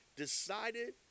decided